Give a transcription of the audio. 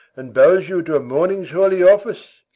and bows you to a morning's holy office.